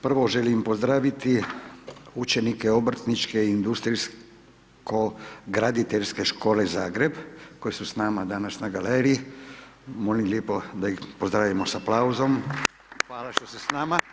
Prvo želim pozdraviti učenike Obrtnike i industrijsko graditeljske škole Zagreb koji su s nama danas na galeriji, molim lijepo da ih pozdravimo sa aplauzom… ,hvala što ste s nama.